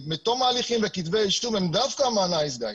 מתום ההליכים וכתבי אישום הם דווקא על הנייס-גאי,